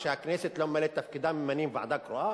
כשהכנסת לא ממלאת את תפקידה ממנים ועדה קרואה?